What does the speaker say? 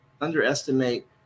underestimate